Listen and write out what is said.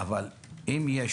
אבל אם יש